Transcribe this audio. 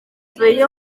feia